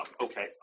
Okay